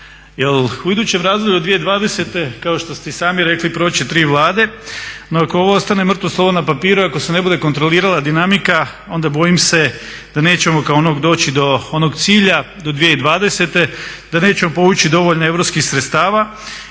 u idućem razdoblju 2020. kao što ste i sami rekli proći će tri Vlade, no ako ovo ostane mrtvo slovo na papiru i ako se ne bude kontrolira dinamika onda bojim se da nećemo … doći do onog cilja do 2020., da nećemo povući dovoljno europskih sredstava